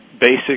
basic